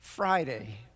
Friday